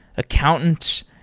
accountants.